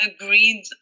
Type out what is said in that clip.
agreed